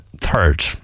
third